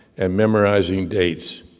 and memorizing dates.